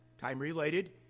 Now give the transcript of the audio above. time-related